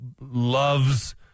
loves